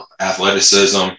athleticism